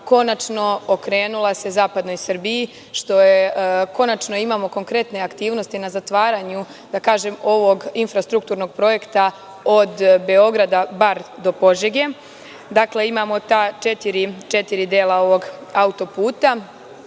konačno okrenula zapadnoj Srbiji. Konačno imamo konkretne aktivnosti na zatvaranju, da kažem ovog infrastrukturnog projekta od Beograda bar do Požege. Dakle, imamo ta četiri dela ovog autoputa.